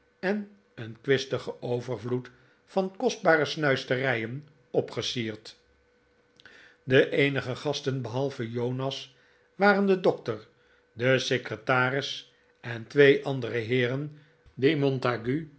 en een kwistigen overvloed van kostbare snuisterijen opgesierd de eenige gasten behalve jonas waren de dokter de secretaris en twee andere heeren die